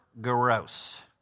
gross